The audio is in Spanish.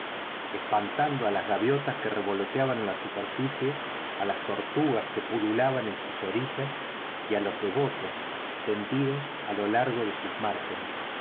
espantando a las gaviotas que revoloteaban en la superficie a las tortugas que pululaban en sus orillas y a los devotos tendidos a lo largo de sus márgenes